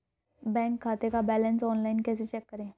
Bank खाते का balance online कैसे चेक करें?